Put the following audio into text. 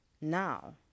Now